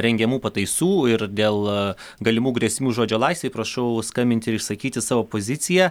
rengiamų pataisų ir dėl galimų grėsmių žodžio laisvei prašau skambinti ir išsakyti savo poziciją